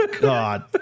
God